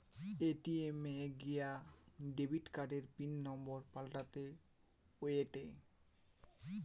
ATM এ গিয়া debit কার্ডের পিন নম্বর পাল্টাতে হয়েটে